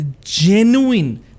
genuine